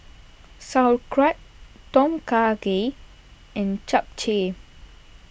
Sauerkraut Tom Kha Gai and Japchae